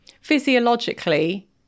Physiologically